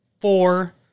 four